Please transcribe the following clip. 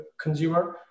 consumer